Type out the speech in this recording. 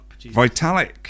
Vitalik